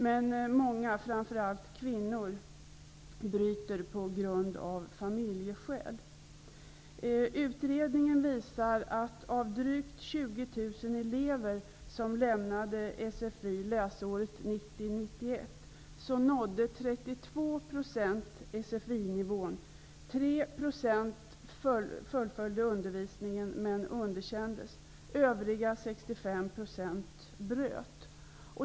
Men många, framför allt kvinnor, avbryter av familjeskäl. Utredningen visar att av drygt 20 000 elever som lämnade SFI läsåret 1990/91 nådde 32 % SFI-nivån. Övriga 65 % avbröt.